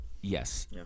Yes